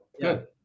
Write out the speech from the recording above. Good